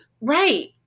right